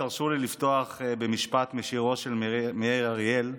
תרשו לי לפתוח במשפט משירו של מאיר אריאל: